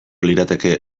lirateke